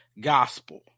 gospel